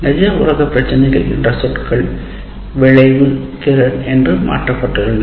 "நிஜ உலக பிரச்சினைகள்" என்ற சொற்கள் விளைவு திறன் என்று மாற்றப்பட்டுள்ளன